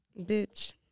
Bitch